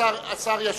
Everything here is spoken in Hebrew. השר ישיב.